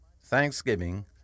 thanksgiving